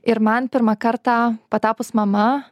ir man pirmą kartą patapus mama